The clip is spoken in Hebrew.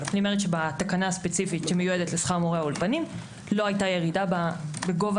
בתקנה הספציפית שמיועדת לשכר מורי אולפנים לא הייתה ירידה בגובה